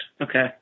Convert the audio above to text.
Okay